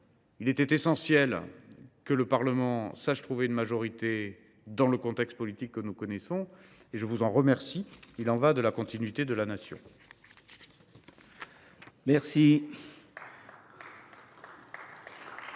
Il était essentiel que le Parlement sache trouver une majorité dans le contexte politique que nous connaissons et je vous remercie d’y avoir contribué. Il y va de la continuité de la Nation. Nous